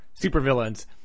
supervillains